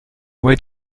where